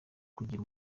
kugira